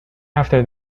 after